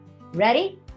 Ready